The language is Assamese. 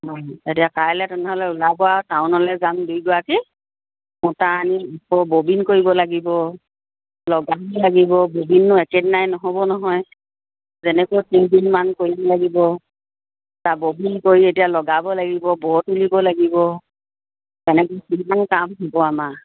অঁ এতিয়া কাইলৈ তেনেহ'লে ওলাব আও টাউনলৈ যাম দুয়োগৰাকী সূতা আনি আকৌ ববিন কৰিব লাগিব লগাব লাগিব ববিননো একেদিনাই নহ'ব নহয় যেনেকৈ তিনিদিনমান কৰিব লাগিব তাত ববিন কৰি এতিয়া লগাব লাগিব ব' তুলিব লাগিব তেনেকৈ কিমান কাম হ'ব আমাৰ